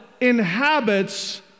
inhabits